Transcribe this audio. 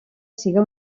siga